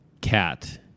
Cat